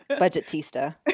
budgetista